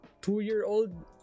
two-year-old